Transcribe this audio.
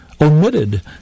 omitted